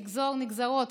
לגזור נגזרות,